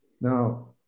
Now